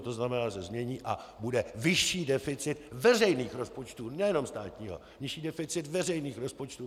To znamená, on se změní a bude vyšší deficit veřejných rozpočtů, nejenom státního vyšší deficit veřejných rozpočtů!